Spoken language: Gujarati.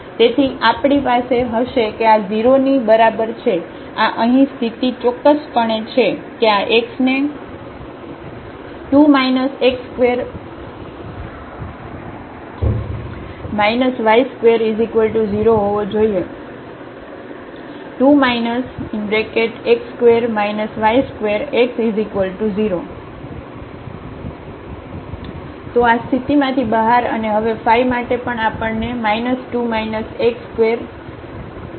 તેથી આપણી પાસે હશે કે આ 0 ની બરાબર છે આ અહીં સ્થિતિ ચોક્કસપણે છે કે આ x ને 2 x ² y ²0 હોવો જોઈએ 2 x0 તો આ સ્થિતિમાંથી બહાર અને હવે ફાય માટે પણ આપણને 2 y0મળશે